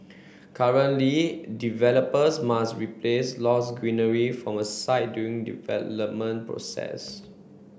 currently developers must replace lost greenery from a site during development process